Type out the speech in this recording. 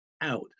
out